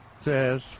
says